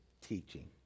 teaching